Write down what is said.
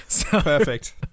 Perfect